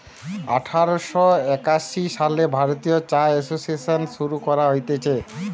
আঠার শ একাশি সালে ভারতীয় চা এসোসিয়েসন শুরু করা হতিছে